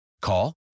Call